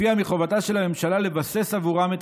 שלפיה חובתה של הממשלה לבסס עבורם את